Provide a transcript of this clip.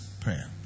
prayer